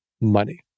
money